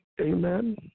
Amen